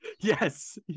Yes